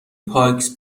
پایکس